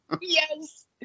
Yes